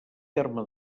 terme